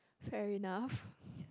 fair enough